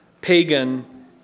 pagan